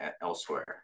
elsewhere